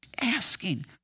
asking